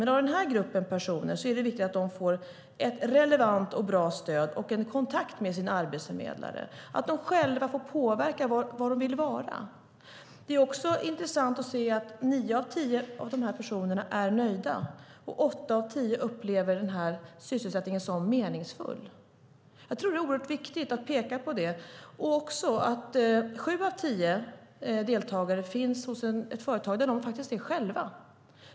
För denna grupp personer är det viktigt att de får ett bra stöd och en kontakt med sin arbetsförmedlare - att de själva får påverka var de vill vara. Det är också intressant att se att nio av tio av dessa personer är nöjda. Åtta av tio upplever sysselsättningen som meningsfull. Jag tror att det är oerhört viktigt att peka på det, och även att sju av tio deltagare finns hos ett företag där de faktiskt är själva.